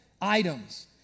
items